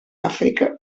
àfrica